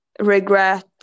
regret